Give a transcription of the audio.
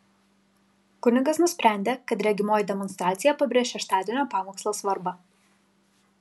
kunigas nusprendė kad regimoji demonstracija pabrėš šeštadienio pamokslo svarbą